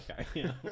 okay